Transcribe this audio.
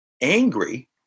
angry